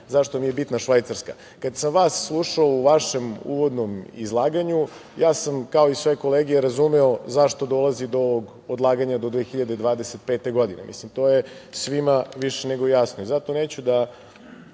zašto mi je bitna Švajcarska? Kad sam vas slušao u vašem uvodnom izlaganju, ja sam kao i sve kolege razumeo zašto dolazi do odlaganja do 2025. godine. Mislim da je to svima više nego jasno. Zato neću da